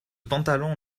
pantalon